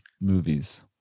movies